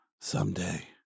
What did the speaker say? Someday